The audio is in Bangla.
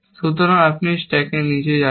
সুতরাং আপনি এই স্ট্যাক নিচে যাচ্ছে